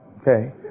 okay